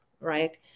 Right